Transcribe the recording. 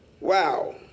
Wow